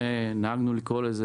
נהגנו לקרוא לזה